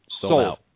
sold